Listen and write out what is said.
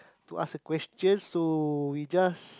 to ask a question so we just